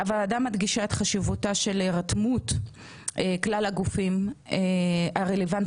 הוועדה מדגישה את חשיבותה של הירתמות כלל הגופים הרלוונטיים